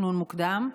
בתכנון מוקדם,